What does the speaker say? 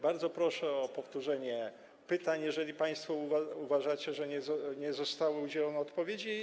Bardzo proszę o powtórzenie pytań, jeżeli państwo uważacie, że nie zostały udzielone na nie odpowiedzi.